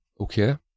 okay